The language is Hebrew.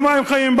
במים חמים,